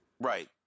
Right